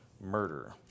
murder